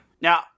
Now